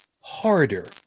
harder